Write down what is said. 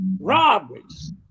robberies